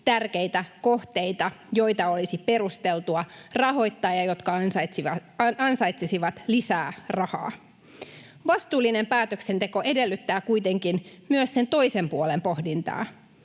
tärkeitä kohteita, joita olisi perusteltua rahoittaa ja jotka ansaitsisivat lisää rahaa. Vastuullinen päätöksenteko edellyttää kuitenkin myös sen toisen puolen pohdintaa: